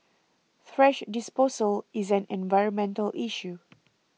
thrash disposal is an environmental issue